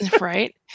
right